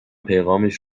پیغامش